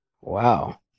Wow